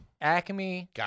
Acme